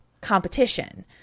competition